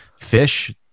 fish